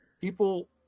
People